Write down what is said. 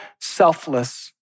selfless